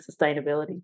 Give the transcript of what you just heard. sustainability